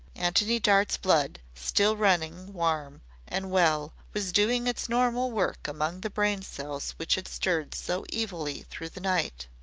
antony dart's blood, still running warm and well, was doing its normal work among the brain-cells which had stirred so evilly through the night.